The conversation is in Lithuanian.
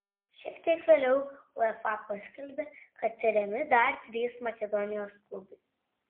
šiek tiek vėliau uefa paskelbė kad tiriami dar trys makedonijos klubai